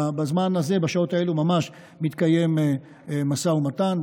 בזמן הזה, בשעות האלו ממש, מתקיים משא ומתן.